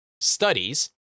studies